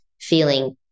feeling